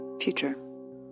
future